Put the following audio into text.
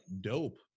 dope